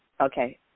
Okay